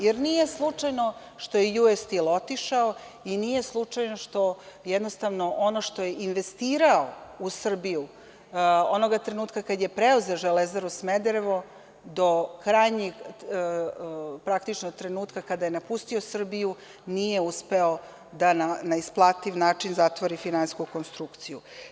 Jer, nije slučajno što je „Ju-es Stil“ otišao i nije slučajno što, jednostavno, ono što je investirao u Srbiju, onoga trenutka kada je preuzeo „Železaru Smederevo“, do trenutka kada je napustio Srbiju, nije uspeo da na isplativ način zatvori finansijsku konstrukciju.